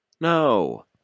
No